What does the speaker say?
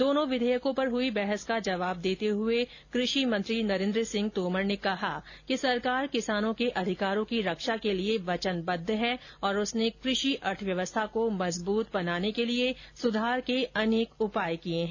दोनों विधेयकों पर हुई बहस का जवाब देते हुए कृषि मंत्री नरेन्द्र सिंह तोमर ने कहा कि सरकार किसानों के अधिकारों की रक्षा के लिए वचनबद्व है और उसने कृषि अर्थव्यवस्था को मजबूत बनने केलिए सुधार के अनेक उपाय किए हैं